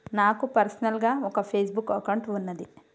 నాకు పర్సనల్ గా ఒక ఫేస్ బుక్ అకౌంట్ వున్నాది